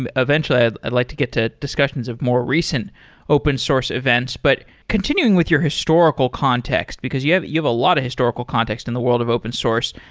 and eventually, i'd i'd like to get to discussions of more recent open source events. but continuing with your historical context, because you have you have a lot of historical context in the world of open source.